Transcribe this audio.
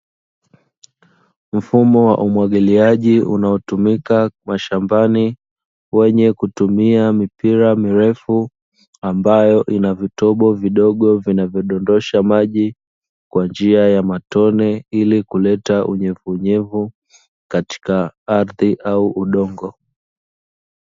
Mfumo wa umwagiliaji unaotumika mashambani wenye kutumia mipira mirefu, ambayo yana vitobo vidogo vinavyodosha maji kwa njia ya matone, ili kuleta unyevuunyevu katika ardhi au udongo.